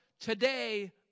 today